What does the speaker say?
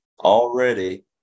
already